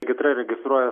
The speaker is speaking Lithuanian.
regitra registruoja